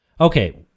Okay